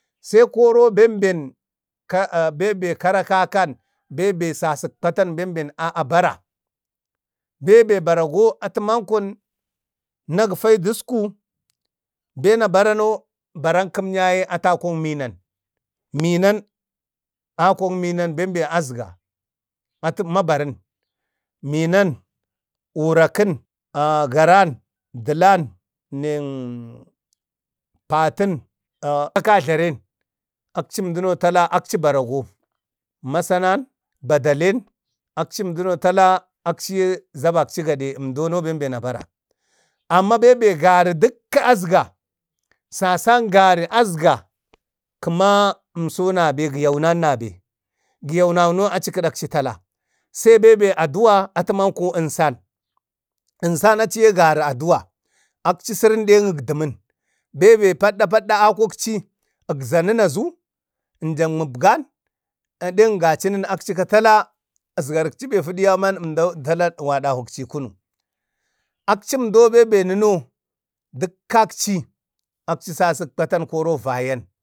sai koro bembe aa karakakan bembe sasak patan bembe a bara. bembe ɓarago atəmanko na gəfayee dusku, bena abarano baran atu manko abara nanuwan yaye atu akən minan, ako minan bembe asga. Atu mabaran, minan, urakən, garan, dəlan neŋ patən, aa katajlaren. Akchi əmduwa tala barago. Masanan, badalan akci emduno talaci akciyee zubakci gade, əmdono bembe na bara. Amma bembe gari dəkka asga, sasaŋ gari asga, keema umson gayauna nabe gayauna no achi kaɗakchi tala, sai beebe a duwa atəmanko ənsan, znsan achiye gari a duwa, akchi sərən de agdaman, beebe paɗɗada a kukchi, agzanən azu ənjan mugba nenjan əngachənən, bin tala asgarakchi fudu ya sai waɗahukchi kunu akchumdo bebe nuno dəkkakchi sasəs patan koro vayan,